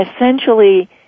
essentially